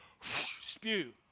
Spew